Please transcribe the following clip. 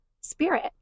spirit